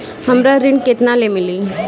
हमरा ऋण केतना ले मिली?